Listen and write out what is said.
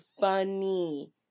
funny